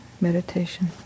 meditation